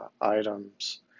items